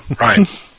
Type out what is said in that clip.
Right